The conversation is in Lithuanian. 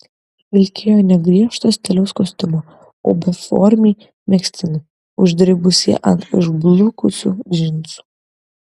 vilkėjo ne griežto stiliaus kostiumą o beformį megztinį uždribusį ant išblukusių džinsų